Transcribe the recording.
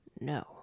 No